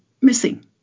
missing